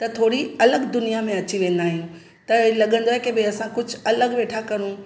त थोरी अलॻि दुनिया में अची वेंदा आहियूं त लॻंदो आहे की भई असां कुझु अलॻि वेठा करूं